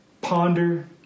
Ponder